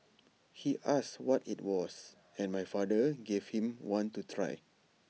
he asked what IT was and my father gave him one to try